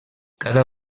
cada